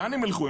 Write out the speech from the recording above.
לאן הם ילכו?